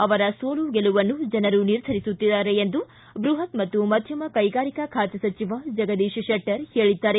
ಆವರ ಸೋಲು ಗೆಲುವನ್ನು ಜನರು ನಿರ್ಧರಿಸುತ್ತಾರೆ ಎಂದು ಬೃಪತ್ ಮತ್ತು ಮಧ್ಯಮ ಕೈಗಾರಿಕಾ ಖಾತೆ ಸಚಿವ ಜಗದೀಶ್ ಶೆಟ್ಟರ್ ಹೇಳಿದ್ದಾರೆ